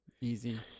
easy